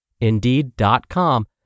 Indeed.com